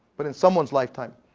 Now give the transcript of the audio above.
but in someone's lifetime.